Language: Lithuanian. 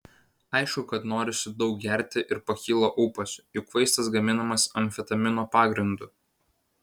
aišku kad norisi daug gerti ir pakyla ūpas juk vaistas gaminamas amfetamino pagrindu